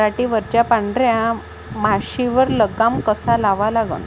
पराटीवरच्या पांढऱ्या माशीवर लगाम कसा लावा लागन?